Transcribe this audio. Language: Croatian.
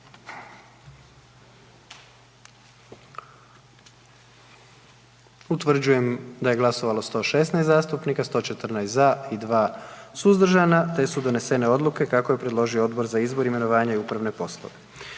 Utvrđujem da je glasovalo 116 zastupnika, 114 za i 2 suzdržana te su donesene odluke kako je predložio Odbor za izbor, imenovanja i upravne poslove.